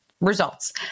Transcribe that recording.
results